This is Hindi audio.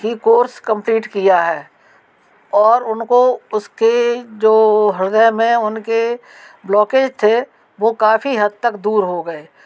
ही कोर्स कम्पलीट किया है और उनको उसके जो हृदय में उनके ब्लॉकेज थे वह काफ़ी हद तक दूर हो गए